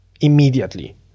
immediately